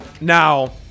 Now